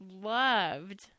loved